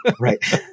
Right